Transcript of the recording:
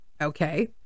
Okay